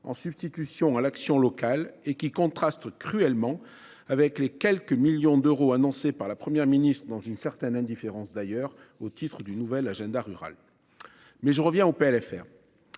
en substitution à l’action locale. Ils contrastent cruellement avec les quelques millions d’euros annoncés par la Première ministre, dans une certaine indifférence d’ailleurs, au titre du nouvel agenda rural. Mais je reviens au